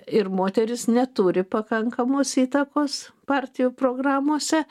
ir moterys neturi pakankamos įtakos partijų programose